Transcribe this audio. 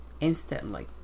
instantly